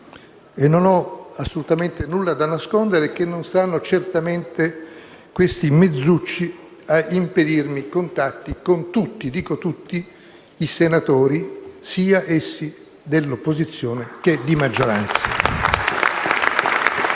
e non ho assolutamente nulla da nascondere. Non saranno certamente questi mezzucci ad impedirmi contatti con tutti - dico tutti - i senatori, siano essi dell'opposizione o di maggioranza.